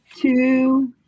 two